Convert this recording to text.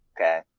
okay